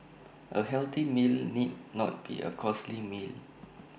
A healthy meal need not be A costly meal